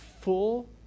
full